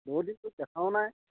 বহুত দিন তোক দেখাও নাই